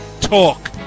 talk